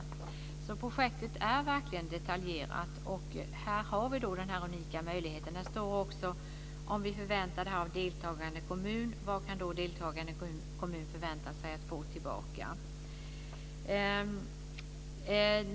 Projektet är alltså verkligen detaljerat och ger en unik möjlighet. Det står också: Om vi förväntar detta av deltagande kommun, vad kan då deltagande kommun förvänta sig att få tillbaka?